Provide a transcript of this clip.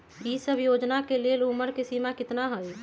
ई सब योजना के लेल उमर के सीमा केतना हई?